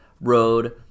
road